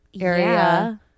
area